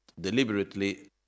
deliberately